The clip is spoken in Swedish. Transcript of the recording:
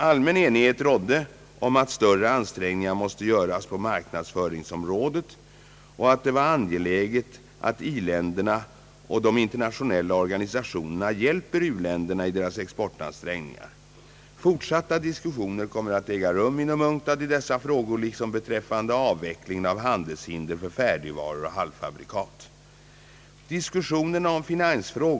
Allmän enighet rådde om att större ansträngningar måste göras på marknadsföringsområdet och att det var angeläget att i-länderna och de internationella organisationerna hjälper u-länderna i deras exportansträngningar. Fortsatta diskussioner kommer att äga rum inom UNCTAD i dessa frågor liksom beträffande avvecklingen av handelshinder för färdigvaror och halvfabrikat.